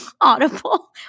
Audible